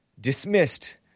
dismissed